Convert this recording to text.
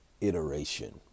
iteration